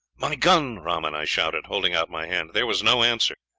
my gun, rahman i shouted, holding out my hand. there was no answer.